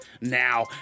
now